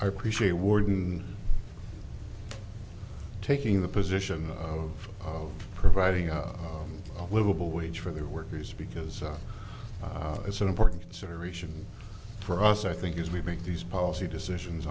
i appreciate warden taking the position of providing a livable wage for their workers because it's an important consideration for us i think as we make these policy decisions